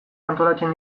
antolatzen